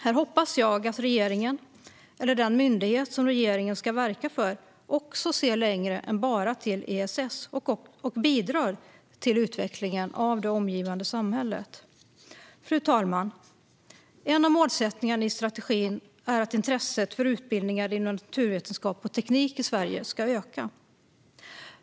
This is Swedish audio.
Här hoppas jag att regeringen eller den myndighet som regeringen ska verka för ser längre än till bara ESS och bidrar till utvecklingen av det omgivande samhället. Fru talman! En av målsättningarna i strategin är att intresset för utbildningar inom naturvetenskap och teknik i Sverige ska öka.